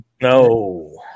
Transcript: No